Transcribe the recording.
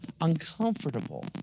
uncomfortable